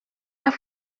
las